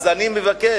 אז אני מבקש,